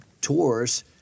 Tours